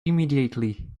immediately